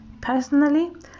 Personally